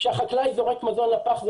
כאשר החקלאי זורק מזון לפח,